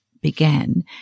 began